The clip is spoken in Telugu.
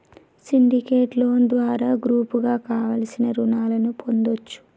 సిండికేట్ లోను ద్వారా గ్రూపుగా కావలసిన రుణాలను పొందొచ్చు